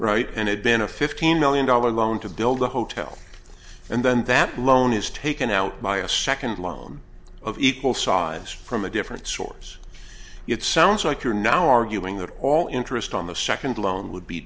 right and had been a fifteen million dollar loan to build a hotel and then that loan is taken out by a second loan of equal size from a different source it sounds like you're now arguing that all interest on the second loan would be